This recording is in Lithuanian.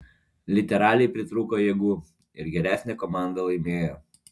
literaliai pritrūko jėgų ir geresnė komanda laimėjo